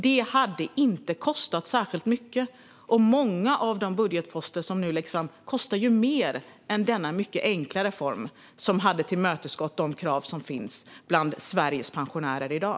Det hade inte kostat särskilt mycket. Många av de budgetposter som nu läggs fram kostar mer än denna mycket enkla reform, som hade tillmötesgått de krav som finns bland Sveriges pensionärer i dag.